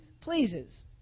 pleases